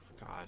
god